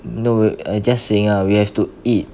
no ah I just saying ah we have to eat